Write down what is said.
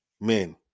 Men